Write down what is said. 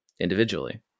individually